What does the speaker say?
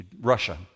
Russia